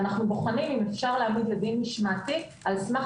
ואנחנו בוחנים האם אפשר להעמיד לדין משמעתי על סמך